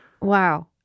Wow